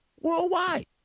worldwide